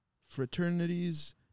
fraternities